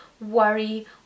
worry